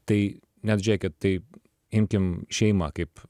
tai net žiūrėkit tai imkim šeimą kaip